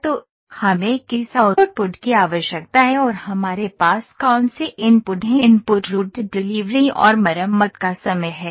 तो हमें किस आउटपुट की आवश्यकता है और हमारे पास कौन से इनपुट हैं इनपुट रूट डिलीवरी और मरम्मत का समय है